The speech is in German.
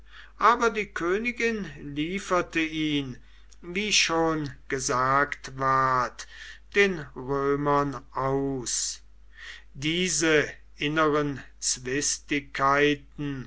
aber die königin lieferte ihn wie schon gesagt ward den römern aus diese inneren zwistigkeiten